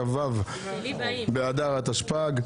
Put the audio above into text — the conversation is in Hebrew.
כ"ו באדר התשפ"ג,